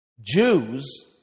Jews